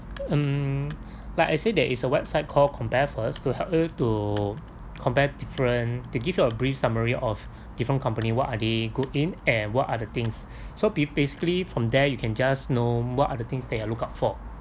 um like I said there is a website called comparefirst to help you to compare different to give you a brief summary of different company what are they good in and what are the things so basically from there you can just know what are the things that you look out for